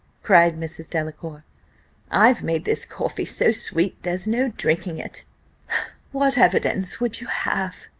cried mrs. delacour i've made this coffee so sweet, there's no drinking it what evidence would you have?